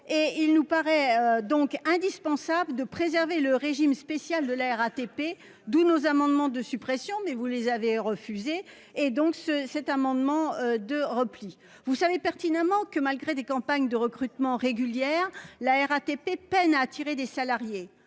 Il nous paraît donc indispensable de préserver le régime spécial de la RATP, d'où nos amendements de suppression. Mais comme vous les avez refusés, nous vous présentons cet amendement de repli. Vous savez pertinemment que, malgré des campagnes de recrutement régulières, la RATP peine à attirer des salariés.